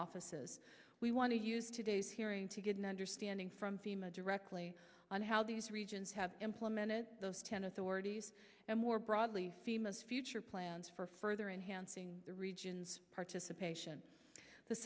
offices we want to use today's hearing to get an understanding from thema directly on how these regions have implemented those ten authorities and more broadly females future plans for further enhancing the region's participation the